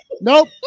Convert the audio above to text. Nope